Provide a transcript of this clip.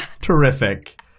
terrific